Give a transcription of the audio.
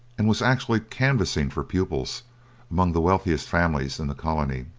and was actually canvassing for pupils among the wealthiest families in the colony.